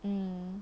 mm